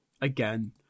again